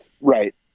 Right